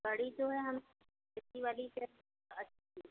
गाड़ी जो है हम